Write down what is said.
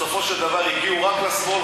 בסופו של דבר הגיעו רק לשמאל,